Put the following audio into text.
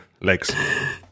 legs